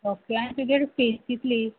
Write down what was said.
okay आनी तुगेली fees कितली